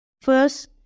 First